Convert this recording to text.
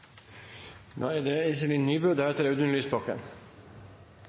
Da er det